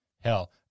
Hell